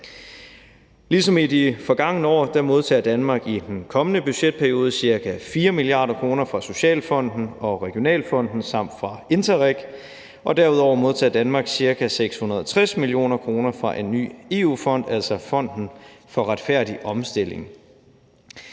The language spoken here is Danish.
Ligesom i de forgangne år modtager Danmark i den kommende budgetperiode ca. 4 mia. kr. fra Socialfonden Plus og Regionalfonden samt fra Interreg. Derudover modtager Danmark ca. 660 mio. kr. fra en ny EU-fond, altså Fonden for Retfærdig Omstilling.